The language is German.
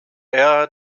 ära